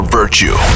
virtue